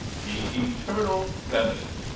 the eternal feminine.